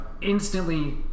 instantly